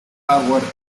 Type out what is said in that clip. hardware